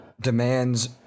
demands